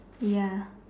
ya